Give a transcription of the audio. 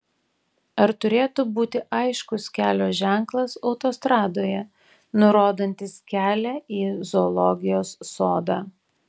ar turėtų būti aiškus kelio ženklas autostradoje nurodantis kelią į zoologijos sodą